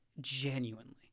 genuinely